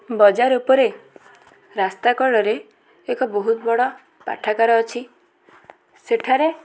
ବଜାର ଉପରେ ରାସ୍ତାକଡ଼ରେ ଏକ ବହୁତ ବଡ଼ ପାଠାଗାର ଅଛି ସେଠାରେ